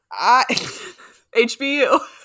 HBU